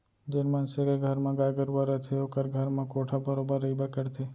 जेन मनसे के घर म गाय गरूवा रथे ओकर घर म कोंढ़ा बरोबर रइबे करथे